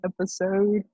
episode